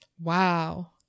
wow